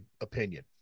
opinion